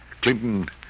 Clinton